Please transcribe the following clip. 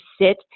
sit